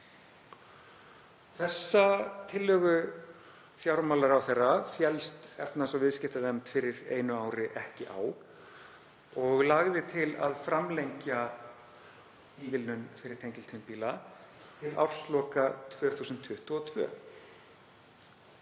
Þessa tillögu fjármálaráðherra féllst efnahags- og viðskiptanefnd fyrir einu ári ekki á og lagði til að framlengja ívilnun fyrir tengiltvinnbíla til ársloka 2022.